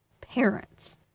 parents